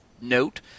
Note